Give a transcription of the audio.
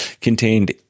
contained